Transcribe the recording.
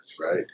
right